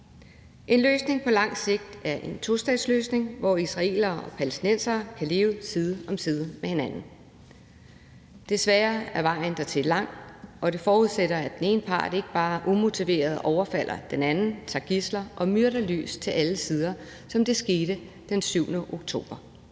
En løsning på lang sigt er en tostatsløsning, hvor israelere og palæstinensere kan leve side om side med hinanden. Desværre er vejen dertil lang, og det forudsætter, at den ene part ikke bare umotiveret overfalder den anden, tager gidsler og myrder løs til alle sider, som det skete den 7. oktober.